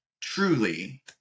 truly